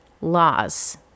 laws